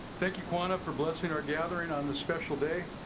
thank you kwanza for blessing our gathering on this special day.